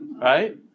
Right